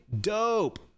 dope